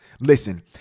Listen